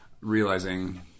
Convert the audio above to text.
realizing